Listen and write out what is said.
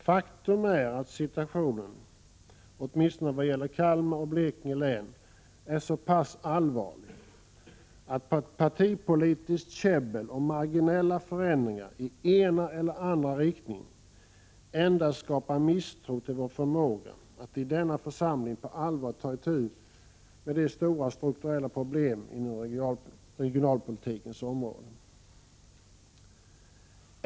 Faktum är att situationen åtminstone vad gäller Kalmar och Blekinge län är så pass allvarlig att partipolitiskt käbbel om marginella förändringar i den ena eller andra riktningen endast skapar misstro till vår förmåga att i denna församling på allvar ta itu med de stora strukturella problemen på regionalpolitikens område.